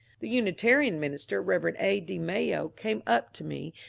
the unitarian minister. rev. a. d. mayo, came up to me,